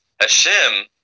Hashem